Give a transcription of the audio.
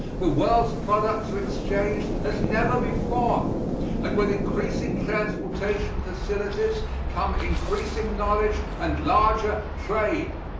the world's products are exchanged as never before and with increasing transportation facilities come increasing knowledge and larger trade.